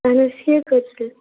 اَہَن حظ ٹھیٖک حظ چھُ تیٚلہِ